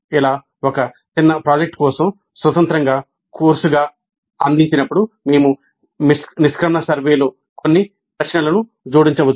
ఇలా ఒక చిన్న ప్రాజెక్ట్ కోసం స్వతంత్ర కోర్సుగా అందించినప్పుడు మేము నిష్క్రమణ సర్వేలో కొన్ని ప్రశ్నలను జోడించవచ్చు